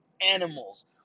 animals